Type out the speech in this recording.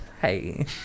Hey